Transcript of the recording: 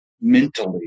mentally